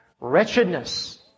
wretchedness